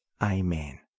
Amen